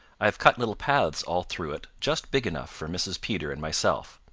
i have cut little paths all through it just big enough for mrs. peter and myself.